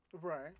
Right